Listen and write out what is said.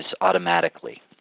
automatically